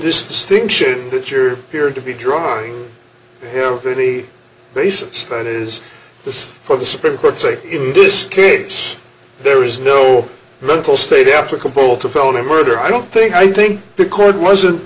distinction that you're here to be drawing the basis that is this for the supreme court say in this case there is no mental state applicable to felony murder i don't think i think the court wasn't